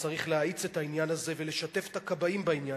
צריך להאיץ את העניין הזה ולשתף את הכבאים בעניין.